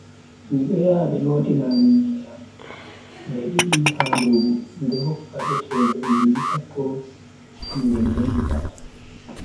Mido yaha be lotina am nyi'e am nde didi ha ndubu, mido hokka be cede ujune sappo nde mi yehi pat.